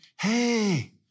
hey